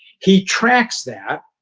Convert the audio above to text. he tracks that.